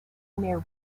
mere